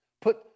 Put